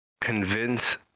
convince